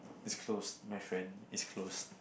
is close my friend is close